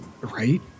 right